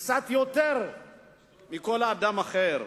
קצת יותר מלכל אדם אחר,